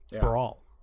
brawl